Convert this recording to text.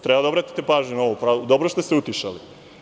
Treba da obratite pažnju na ovo, dobro je što ste utišali.